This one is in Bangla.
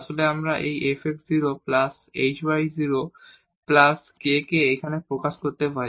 তাহলে আমরা এই fx 0 plus hy 0 plus k কে এখানে প্রকাশ করতে পারি